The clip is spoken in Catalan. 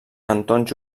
cantons